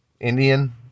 Indian